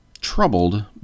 troubled